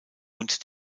und